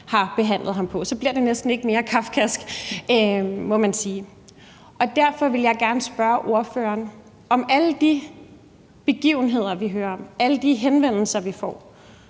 har behandlet ham på. Så bliver det næsten ikke mere kafkask, må man sige. Derfor vil jeg gerne – på baggrund af det, vi hører fra borgerne, alle de begivenheder, vi hører om, og alle de henvendelser, vi får